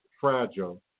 fragile